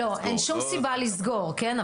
לא, אין שום סיבה לסגור, כן?